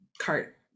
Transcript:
cart